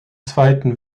zweiten